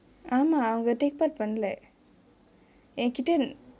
ஆமா அவங்கே:aama avangae take part பண்ணலே என் கிட்டே:pannalae en kitae